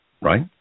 Right